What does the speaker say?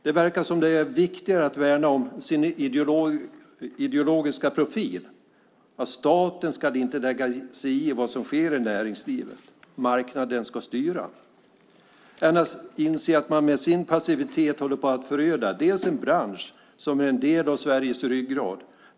Det verkar som om det är viktigare att värna om sin ideologiska profil - staten ska inte lägga sig i vad som sker i näringslivet; marknaden ska styra - än att inse att man med sin passivitet håller på att föröda en bransch som är en del av Sveriges ryggrad.